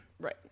right